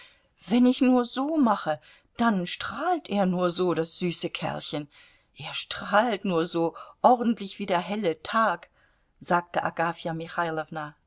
wenn ich nur so mache dann strahlt er nur so das süße kerlchen er strahlt nur so ordentlich wie der helle tag sagte agafja